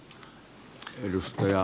arvoisa puhemies